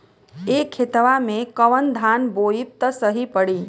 ए खेतवा मे कवन धान बोइब त सही पड़ी?